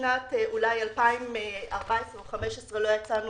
משנת 2014 או 2015 לא יצאנו